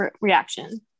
reaction